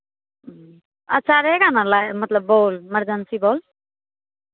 अच्छा रहेगा ना लाइट मतलब बॉल इमरजेंसी बॉल